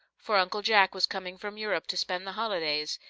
for uncle jack was coming from europe to spend the holidays.